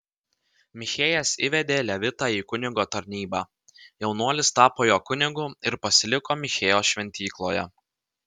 michėjas įvedė levitą į kunigo tarnybą jaunuolis tapo jo kunigu ir pasiliko michėjo šventykloje